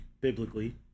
biblically